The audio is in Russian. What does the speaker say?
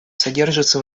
содержатся